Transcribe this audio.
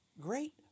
great